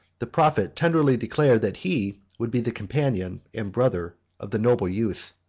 the prophet tenderly declared, that he would be the companion and brother of the noble youth.